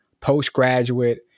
postgraduate